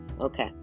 okay